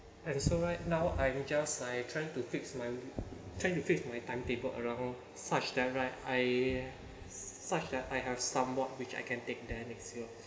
and so right now I'm just I trying to fix my trying to fix my timetable around such that right I such that I have some what which I can take there next year